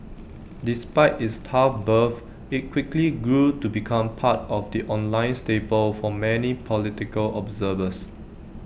despite its tough birth IT quickly grew to become part of the online staple for many political observers